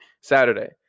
Saturday